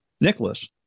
Nicholas